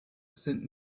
sind